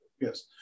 Yes